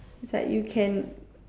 is like you can